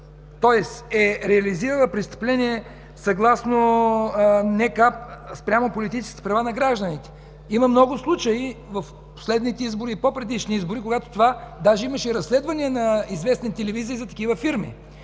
тоест е реализирала престъпление съгласно НК спрямо политическите права на гражданите. Има много случаи в последните и по-предишни избори, когато това. Даже имаше и разследване на известни телевизии за такива фирми.